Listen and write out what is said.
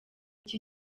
iki